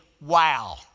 wow